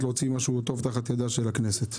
להוציא משהו טוב תחת ידה של הכנסת.